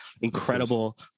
Incredible